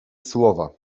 słowa